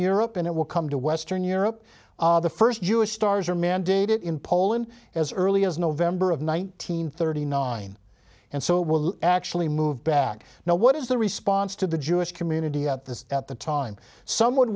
europe and it will come to western europe the first jewish stars are mandated in poland as early as november of nineteen thirty nine and so it will actually move back now what is the response to the jewish community at this at the time some